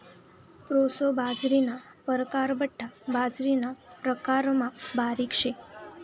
proso बाजरीना परकार बठ्ठा बाजरीना प्रकारमा बारीक शे